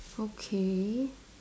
okay